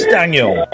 Daniel